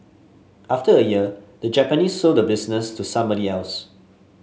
after a year the Japanese sold the business to somebody else